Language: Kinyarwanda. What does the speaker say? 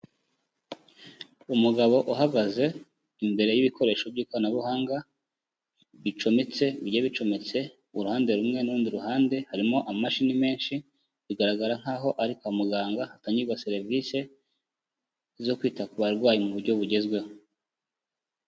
Umugabo uhagaze imbere y'ibikoresho by'ikoranabuhanga bicometse, bigiye bicometse ku ruhande rumwe n'urundi ruhande, harimo amashini menshi, bigaragara nkaho ari kwa muganga hatangirwagwa serivisi, zo kwita ku barwayi mu buryo bugezweho.